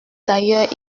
d’ailleurs